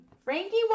frankie